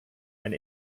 and